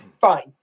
Fine